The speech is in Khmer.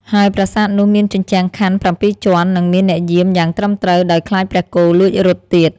ហើយប្រាសាទនោះ មានជញ្ជាំងខ័ណ្ឌប្រាំពីរជាន់ និង មានអ្នកយាមយ៉ាងត្រឹមត្រូវ ដោយខ្លាចព្រះគោលួចរត់ទៀត។